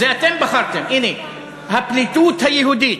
זה אתם בחרתם, הנה: "הפליטות היהודית".